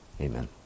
Amen